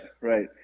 right